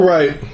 Right